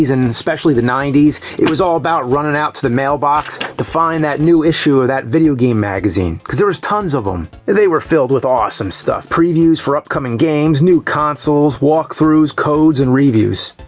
and especially the ninety s, it was all about runnin' out to the mailbox, to find that new issue of that video game, magazine, cause there was tons of em! they were filled with awesome stuff previews for upcoming games, new consoles, walkthroughs, codes, and reviews.